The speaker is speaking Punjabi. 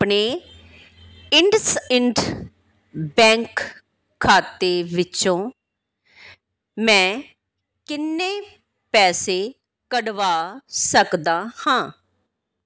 ਆਪਣੇ ਇੰਡਸਇੰਡ ਬੈਂਕ ਖਾਤੇ ਵਿੱਚੋਂ ਮੈਂ ਕਿੰਨੇ ਪੈਸੇ ਕੱਢਵਾ ਸਕਦਾ ਹਾਂ